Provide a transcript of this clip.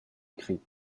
écrit